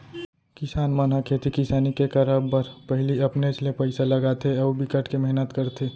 किसान मन ह खेती किसानी के करब बर पहिली अपनेच ले पइसा लगाथे अउ बिकट के मेहनत करथे